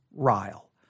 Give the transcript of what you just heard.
Ryle